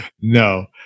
No